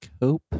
Cope